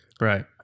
Right